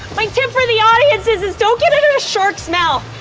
my tip for the audience is is don't get into a shark's mouth.